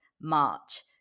march